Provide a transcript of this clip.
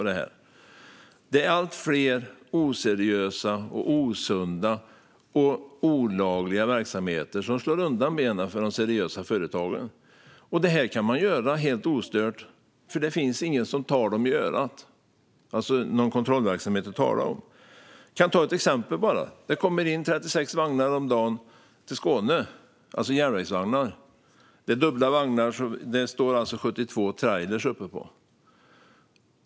Det är allt fler oseriösa, osunda och olagliga verksamheter som slår undan benen för de seriösa företagen - och de kan göra det helt ostört, för det finns ingen som tar dem i örat. Det finns ingen kontrollverksamhet att tala om. Jag kan ta ett exempel: Det kommer in 36 järnvägsvagnar om dagen till Skåne. Det är dubbla vagnar, så det står 72 trailrar uppepå.